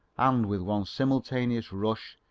and with one simultaneous rush,